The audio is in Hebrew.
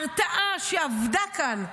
הרתעה שאבדה כאן,